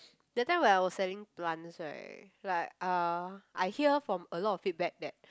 that time when I was selling plants right like uh I hear from a lot feedback that